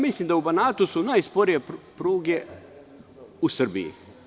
Mislim da su u Banatu najsporije pruge u Srbiji.